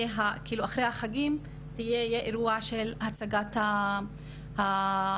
אחרי החגים יהיה אירוע של הצגת הזוכים.